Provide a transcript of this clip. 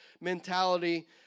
mentality